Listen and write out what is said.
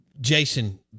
Jason